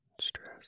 stress